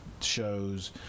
shows